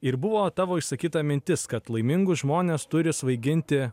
ir buvo tavo išsakyta mintis kad laimingus žmones turi svaiginti